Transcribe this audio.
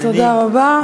תודה רבה.